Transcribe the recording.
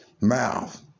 mouth